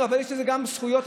כשאנחנו מגיעים לכל מקום בעולם,